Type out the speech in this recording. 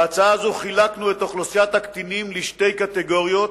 בהצעה הזאת חילקנו את אוכלוסיית הקטינים לשתי קטגוריות